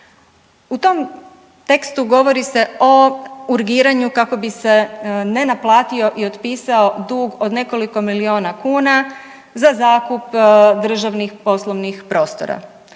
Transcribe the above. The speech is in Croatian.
U tom tekstu govori se o urgiranju kako bi se nenaplatio i otpisao dug od nekoliko milijuna kuna, za zakup državnih poslovnih prostora.